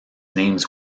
names